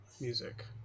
music